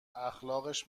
اخلاقش